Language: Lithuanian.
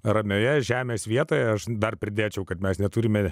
ramioje žemės vietoje aš dar pridėčiau kad mes neturime